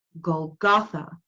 Golgotha